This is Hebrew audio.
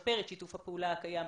לשפר את שיתוף הפעולה הקיים.